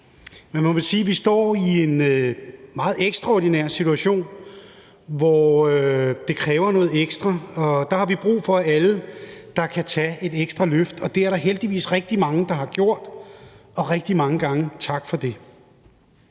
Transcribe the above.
vi står i en meget ekstraordinær situation, hvor det kræver noget ekstra, og der har vi brug for alle, der kan tage et ekstra løft, og det er der heldigvis rigtig mange, der har gjort, og rigtig mange gange tak for det.